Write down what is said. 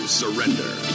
surrender